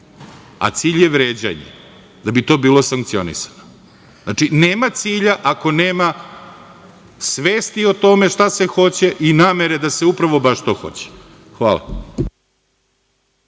a cilj je vređanje, da bi to bilo sankcionisano. Znači, nema cilja ako nema svesti o tome šta se hoće i namere da se upravo baš to hoće. Hvala.